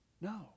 No